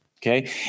Okay